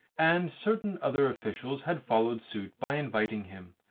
and certain other officials had followed suit by inviting him,